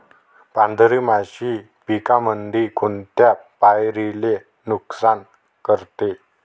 पांढरी माशी पिकामंदी कोनत्या पायरीले नुकसान करते?